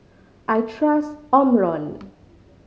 I trust Omron